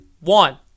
One